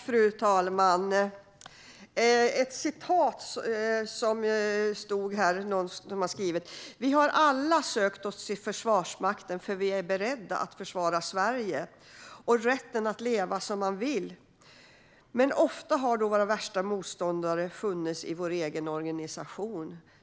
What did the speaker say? Fru talman! Jag vill citera följande: "Vi har sökt oss till Försvarsmakten för att vi är beredda att försvara Sverige och rätten att leva som man vill, men ofta har våra värsta motståndare funnits i vår egen organisation."